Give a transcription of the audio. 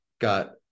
got